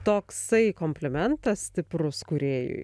toksai komplimentas stiprus kūrėjui